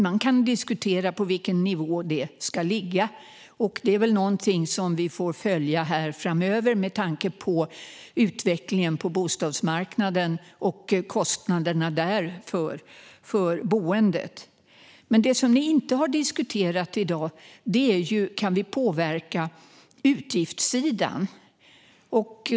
Man kan diskutera på vilken nivå bostadstillägget ska ligga. Det är någonting som vi får följa framöver med tanke på utvecklingen på bostadsmarknaden och kostnaderna för boendet. Det som ni inte har diskuterat här i dag är om vi kan påverka utgiftssidan.